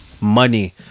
money